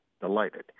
Delighted